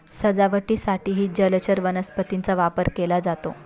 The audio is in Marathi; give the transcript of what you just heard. सजावटीसाठीही जलचर वनस्पतींचा वापर केला जातो